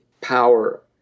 power